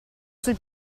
sul